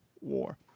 war